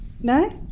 No